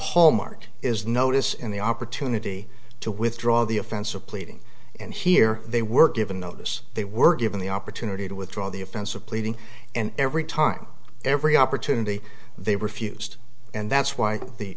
hall mark is notice and the opportunity to withdraw the offense of pleading and here they were given notice they were given the opportunity to withdraw the offense of pleading and every time every opportunity they refused and that's